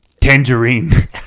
tangerine